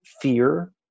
fear